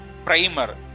primer